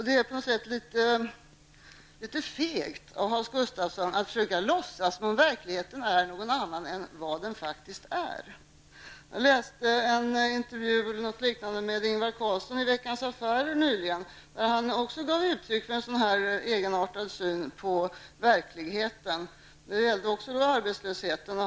Det är på något sätt litet fegt av Hans Gustafsson att försöka låtsas som om verkligheten är någon annan än vad den faktiskt är. Jag läste en intervju med Ingvar Carlsson i Veckans Affärer nyligen, där han också gav uttryck för en sådan här egenartad syn på verkligheten. Det gällde också då arbetslösheten.